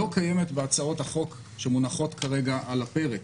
לא קיימת בהצעות החוק שמונחות כרגע על הפרק,